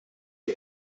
die